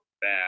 bad